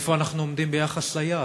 איפה אנחנו עומדים ביחס ליעד.